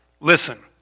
Listen